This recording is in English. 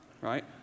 right